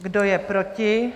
Kdo je proti?